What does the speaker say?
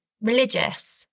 religious